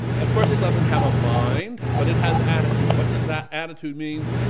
of course it doesn't have a mind, but it has attitude. what does that attitude mean?